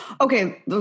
okay